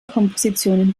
kompositionen